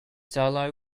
solo